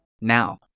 Now